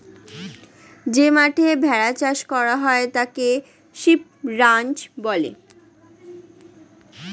যে মাঠে ভেড়া চাষ করা হয় তাকে শিপ রাঞ্চ বলে